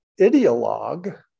ideologue